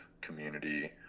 community